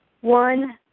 one